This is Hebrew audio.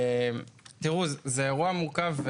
זה פרויקט מורכב,